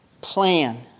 plan